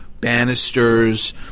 banisters